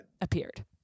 appeared